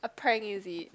a prank is it